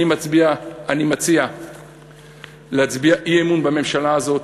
אני מציע להצביע אי-אמון בממשלה הזאת.